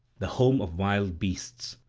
the home of wild beasts.